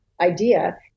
idea